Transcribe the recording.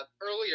earlier